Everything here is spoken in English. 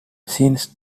since